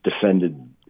defended